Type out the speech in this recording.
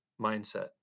mindset